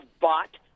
bought